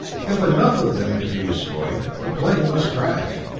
if enough of them could be destroyed, the plane must crash.